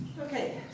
Okay